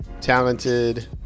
talented